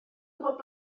gwybod